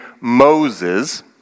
Moses